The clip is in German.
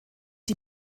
die